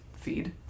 feed